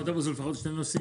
אוטובוס זה לפחות שני נוסעים.